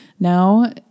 Now